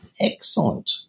excellent